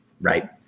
Right